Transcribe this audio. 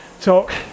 talk